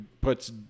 puts